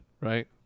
right